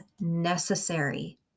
necessary